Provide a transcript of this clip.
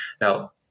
Now